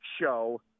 show